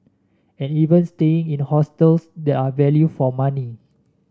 and even staying in hostels that are value for money